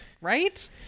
Right